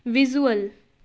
visual